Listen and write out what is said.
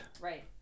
right